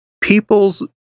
people's